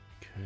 okay